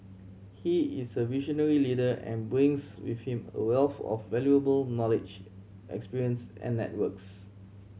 he is a visionary leader and brings with him a wealth of valuable knowledge experience and networks